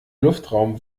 luftraum